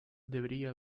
debía